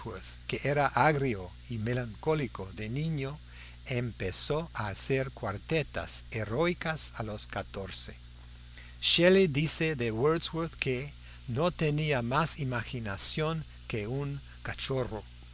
que era agrio y melancólico de niño empezó a hacer cuartetas heroicas a los catorce shelley dice de wordsworth que no tenía más imaginación que un cacharro